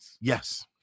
Yes